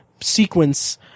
sequence